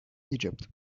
egypt